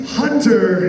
hunter